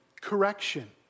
correction